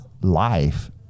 life